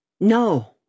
No